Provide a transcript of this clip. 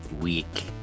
week